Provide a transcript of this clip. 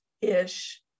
ish